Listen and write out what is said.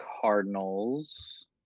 Cardinals